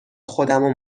خودمو